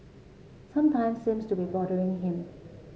sometime seems to be bothering him